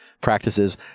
practices